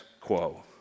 quo